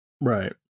right